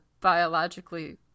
Biologically